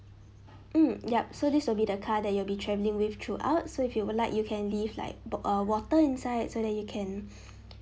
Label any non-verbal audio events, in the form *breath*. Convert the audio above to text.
mm yup so this will be the car that you'll be travelling with throughout so if you would like you can leave like bo~ uh water inside so that you can *breath*